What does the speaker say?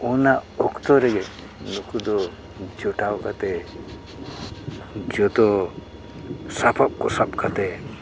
ᱚᱱᱟ ᱚᱠᱛᱚ ᱨᱮᱜᱮ ᱱᱩᱠᱩ ᱫᱚ ᱡᱚᱴᱟᱣ ᱠᱟᱛᱮᱫ ᱡᱚᱛᱚ ᱥᱟᱯᱟᱵ ᱠᱚ ᱥᱟᱵ ᱠᱟᱛᱮᱫ